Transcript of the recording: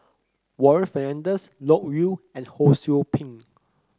Warren Fernandez Loke Yew and Ho Sou Ping